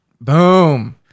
Boom